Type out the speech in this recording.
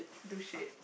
do shit